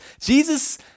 Jesus